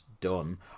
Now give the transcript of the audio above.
done